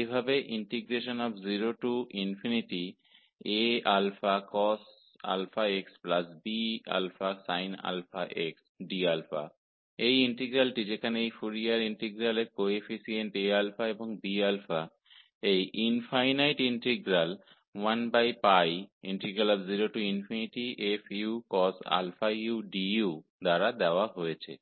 इस integral 0AcosxBsinx d द्वारा दर्शाया जाता है जहां ये फोरियर इंटीग्रल कोएफ़िशिएंट्स Aα और Bα इस infinite integrals 10 f cos u du द्वारा दर्शाए गए थे